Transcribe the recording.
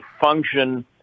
function